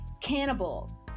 cannibal